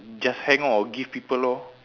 just hang up or give people lor